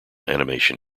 animation